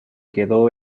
quedó